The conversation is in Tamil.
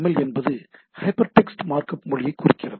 எல் என்பது ஹைபர்டெக்ஸ்ட் மார்க்அப் மொழியைக் குறிக்கிறது